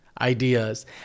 ideas